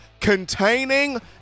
Containing